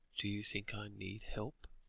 do you think i need help?